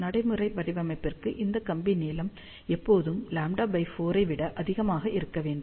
நடைமுறை வடிவமைப்பிற்கு இந்த கம்பி நீளம் எப்போதும் λ4 ஐ விட அதிகமாக இருக்க வேண்டும்